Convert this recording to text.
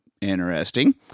interesting